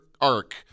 arc